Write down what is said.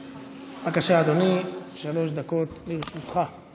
בבקשה, אדוני, שלוש דקות לרשותך.